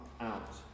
out